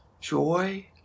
joy